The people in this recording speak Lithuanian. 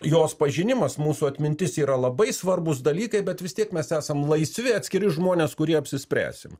jos pažinimas mūsų atmintis yra labai svarbūs dalykai bet vis tiek mes esam laisvi atskiri žmonės kurie apsispręsim